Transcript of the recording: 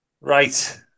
Right